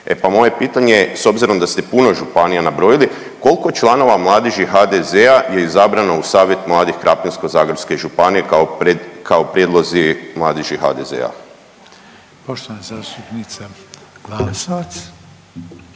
E pa moje pitanje, s obzirom da ste puno županija nabrojili, koliko članova Mladeži HDZ-a je izabrano u Savjet mladih Krapinsko-zagorske županije kao prijedlozi Mladeži HDZ-a? **Reiner, Željko